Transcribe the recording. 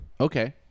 Okay